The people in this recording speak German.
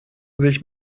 sich